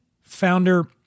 Founder